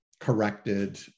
corrected